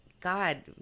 God